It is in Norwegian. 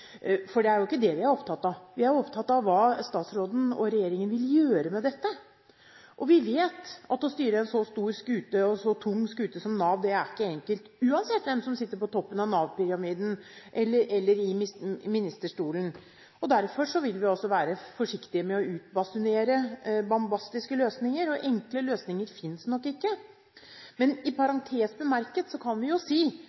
For det er jo ikke det vi er opptatt av, vi er opptatt av hva statsråden og regjeringen vil gjøre med dette. Vi vet at å styre en så stor og tung skute som Nav ikke er enkelt, uansett hvem som sitter på toppen av Nav-pyramiden, eller i ministerstolen. Derfor vil vi også være forsiktige med å utbasunere bombastiske løsninger, og enkle løsninger finnes nok ikke. Men i parentes bemerket kan vi jo si